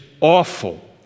awful